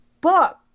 book